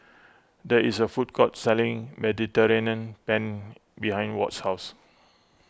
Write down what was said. there is a food court selling Mediterranean Penne behind Ward's house